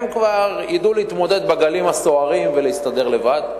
הם כבר ידעו להתמודד בגלים הסוערים ולהסתדר לבד.